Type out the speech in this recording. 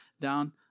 down